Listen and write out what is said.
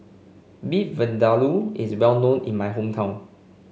Beef Vindaloo is well known in my hometown